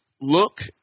look